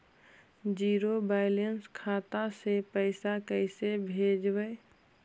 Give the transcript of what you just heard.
Zero balance खाता से पैसा कैसे भेजबइ?